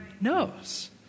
knows